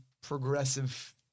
progressive